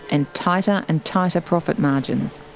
and tighter and tighter profit margins.